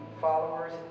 followers